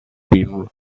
been